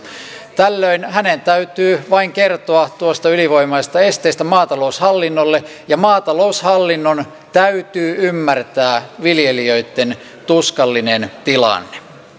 tällöin hänen täytyy vain kertoa tuosta ylivoimaisesta esteestä maataloushallinnolle ja maataloushallinnon täytyy ymmärtää viljelijöitten tuskallinen tilanne pyydän